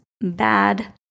bad